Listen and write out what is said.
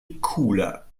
cooler